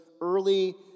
early